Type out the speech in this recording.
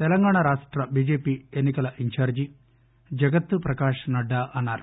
తెలంగాణా రాష్ట బిజెపి ఎన్నికల ఇంఛార్లి జగత్ ప్రకాష్ నడ్డా అన్నారు